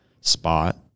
spot